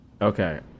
Okay